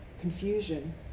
confusion